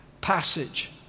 passage